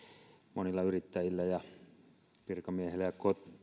monilla yrittäjillä ja virkamiehillä ja